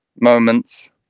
moments